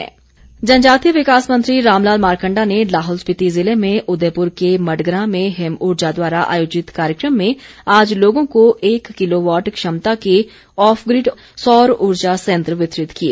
मारकंडा जनजातीय विकास मंत्री रामलाल मारकंडा ने लाहौल स्पिति जिले में उदयपुर के मडग्रां में हिम उर्जा द्वारा आयोजित कार्यक्रम में आज लोगों को एक किलोवाट क्षमता के ऑफग्रिड सौर उर्जा संयंत्र वितरित किए